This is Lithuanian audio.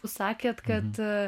jūs sakėt kad